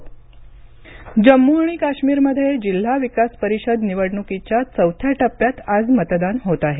जम्म काश्मीर निवडणक जम्म् आणि काश्मीरमध्ये जिल्हा विकास परिषद निवडणुकीच्या चौथ्या टप्प्यात आज मतदान होत आहे